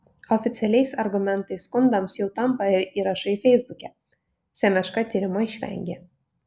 oficialiais argumentais skundams jau tampa ir įrašai feisbuke semeška tyrimo išvengė